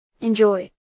Enjoy